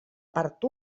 part